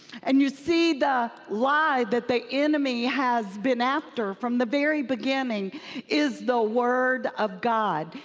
and you see, the lie that the enemy has been after from the very beginning is the word of god.